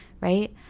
right